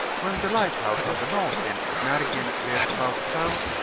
when the lighthouse on the north end of naigen bears about south,